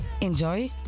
enjoy